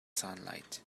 sunlight